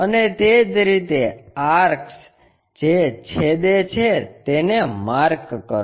અને તે જ રીતે આર્ક્સ જે છેદે છે તેને માર્ક કરો